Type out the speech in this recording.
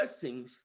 blessings